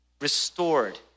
restored